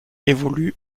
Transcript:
évolue